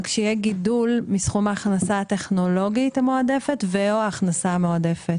שיהיה גידול מסכום ההכנסה הטכנולוגית המועדפת ו/או ההכנסה המועדפת.